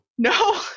no